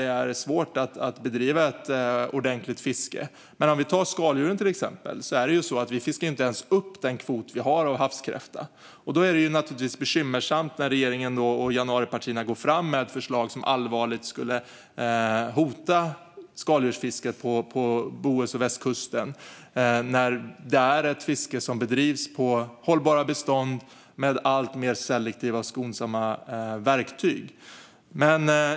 Det är svårt att bedriva ett ordentligt fiske på dem. Men vad exempelvis gäller skaldjuren fiskar vi inte ens upp den kvot av havskräfta som vi har. Därför är det bekymmersamt när regeringen och januaripartierna lägger fram ett förslag som allvarligt skulle hota skaldjursfisket på bohus och västkusten. Detta är ju ett fiske som bedrivs på hållbara bestånd med alltmer selektiva och skonsamma verktyg.